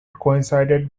coincided